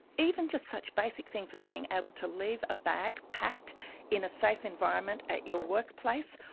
even just such basic things as being able to leave a bag packed in a safe environment at your workplace,